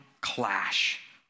clash